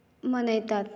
मनयतात